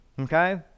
Okay